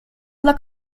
dla